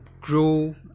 grow